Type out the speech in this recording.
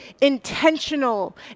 intentional